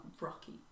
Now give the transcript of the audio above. Rocky